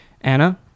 Anna